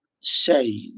say